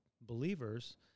believers